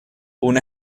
una